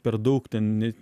per daug ten ne